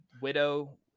widow